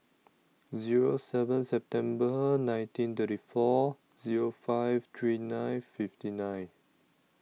Zero seven September nineteen thirty four Zero five three nine fifty nine